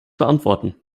beantworten